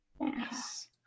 Yes